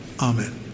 Amen